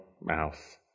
mouth